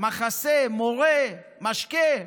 מחסה, מורה, משקה,